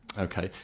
ok,